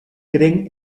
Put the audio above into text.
creen